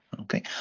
okay